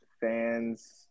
fans